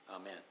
Amen